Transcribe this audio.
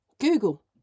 google